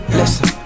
listen